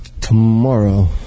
tomorrow